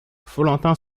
follentin